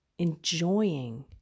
enjoying